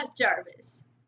Jarvis